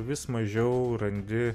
vis mažiau randi